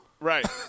Right